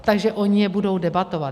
Takže oni je budou debatovat.